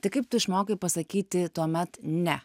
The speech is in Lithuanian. tai kaip tu išmokai pasakyti tuomet ne